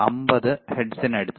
50 ഹെർട്സിനടുത്ത്